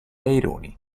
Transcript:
aironi